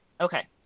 Okay